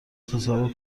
تصور